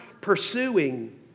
pursuing